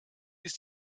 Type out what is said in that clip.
ist